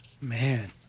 Man